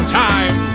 time